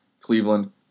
Cleveland